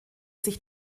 sich